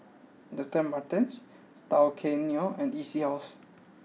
Doctor Martens Tao Kae Noi and E C House